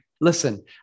Listen